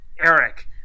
Eric